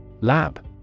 Lab